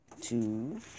Two